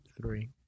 Three